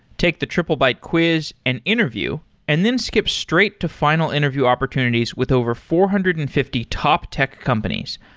take the triplebyte quiz and interview and then skip straight to final interview opportunities with over four hundred and fifty top tech companies,